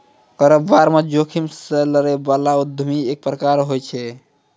कारोबार म जोखिम से लड़ै बला उद्यमिता एक प्रकार होय छै